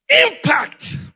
Impact